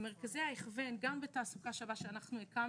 במרכז ההכוון, גם בתעסוקה שווה שאנחנו הקמנו,